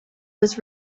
was